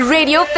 Radio